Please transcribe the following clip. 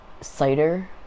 Cider